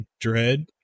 Dread